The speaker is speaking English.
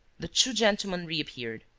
the two gentlemen reappeared.